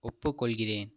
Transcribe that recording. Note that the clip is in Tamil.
ஒப்புக்கொள்கிறேன்